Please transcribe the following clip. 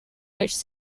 which